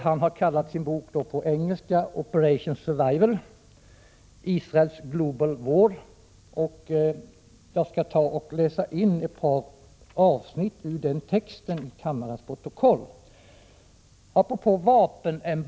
Han har kallat sin bok ”Operation Survival — Israel's Global War”. Jag skall som sagt läsa in ett par avsnitt ur texten i kammarens protokoll.